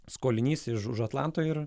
skolinys iš už atlanto ir